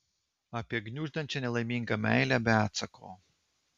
apie gniuždančią nelaimingą meilę be atsako